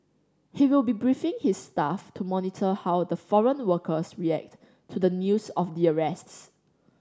he will be briefing his staff to monitor how the foreign workers react to the news of the arrests